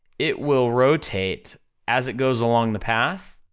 it will rotate as it goes along the path,